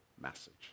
message